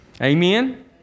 Amen